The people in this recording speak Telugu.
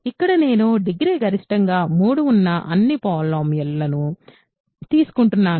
ఇక్కడ నేను డిగ్రీ గరిష్టంగా 3 ఉన్న అన్ని పాలినోమియల్ ను తీసుకుంటున్నాను